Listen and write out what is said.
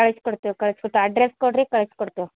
ಕಳಿಸ್ಕೊಡ್ತೇವ್ ಕಳಿಸ್ಕೊಡ್ತೆ ಅಡ್ರೆಸ್ ಕೊಡ್ರಿ ಕಳಿಸ್ಕೊಡ್ತೇವ್